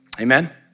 Amen